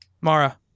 Mara